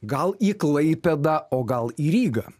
gal į klaipėdą o gal į rygą